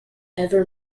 ever